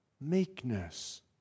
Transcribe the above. meekness